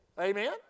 amen